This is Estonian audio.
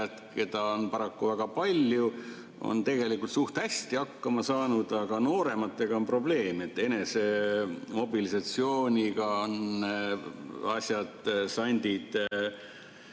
keda on paraku väga palju, on tegelikult suht hästi hakkama saanud, aga noorematega on probleem, et enesemobilisatsiooniga on asjad sandid.